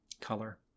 color